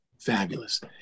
fabulous